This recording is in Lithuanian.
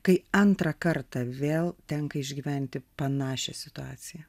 kai antrą kartą vėl tenka išgyventi panašią situaciją